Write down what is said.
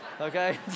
Okay